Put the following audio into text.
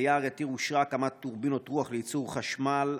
ביער יתיר אושרה הקמת טורבינות רוח לייצור חשמל,